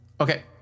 okay